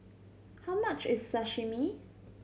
how much is Sashimi